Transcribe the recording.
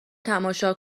تماشا